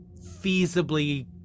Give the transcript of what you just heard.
feasibly